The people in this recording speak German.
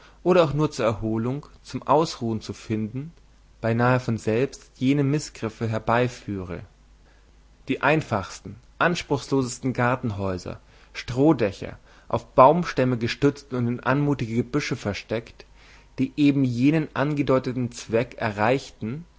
oder auch nur zur erholung zum ausruhen zu finden beinahe von selbst jene mißgriffe herbeiführe die einfachsten anspruchslosesten gartenhäuser strohdächer auf baumstämme gestützt und in anmutige gebüsche versteckt die eben jenen angedeuteten zweck erreichten